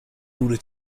order